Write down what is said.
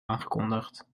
aangekondigd